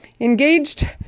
engaged